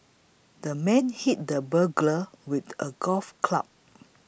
the man hit the burglar with a golf club